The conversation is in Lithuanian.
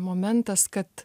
momentas kad